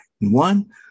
One